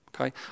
okay